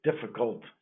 difficult